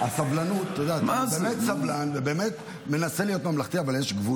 הסבלנות שלי גם תסתיים באיזשהו שלב.